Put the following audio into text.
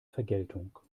vergeltung